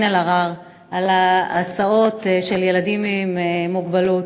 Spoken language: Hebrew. אלהרר לגבי ההסעות של ילדים עם מוגבלות.